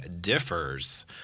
differs